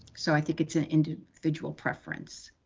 so i think it's an individual preference.